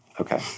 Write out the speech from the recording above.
Okay